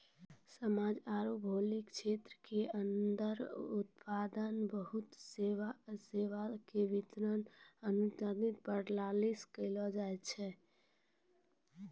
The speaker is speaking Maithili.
समाज आरू भौगोलिक क्षेत्र के अन्दर उत्पादन वस्तु सेवा के वितरण आर्थिक प्रणाली कहलो जायछै